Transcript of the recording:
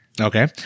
Okay